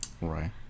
Right